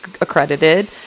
accredited